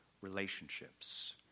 relationships